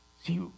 see